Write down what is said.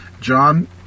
John